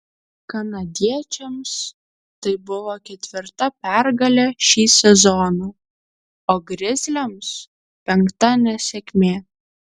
kanadiečiams tai buvo ketvirta pergalė šį sezoną o grizliams penkta nesėkmė